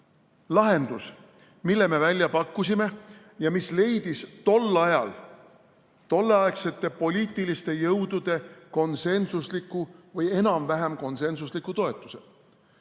lahendus, mille me välja pakkusime ja mis leidis tol ajal tolleaegsete poliitiliste jõudude konsensusliku või enam-vähem konsensusliku toetuse?